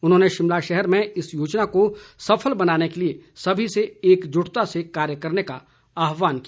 उन्होंने शिमला शहर में इस योजना को सफल बनाने के लिए सभी से एकजुटता से कार्य करने का आह्वान किया